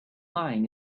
lying